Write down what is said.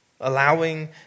Allowing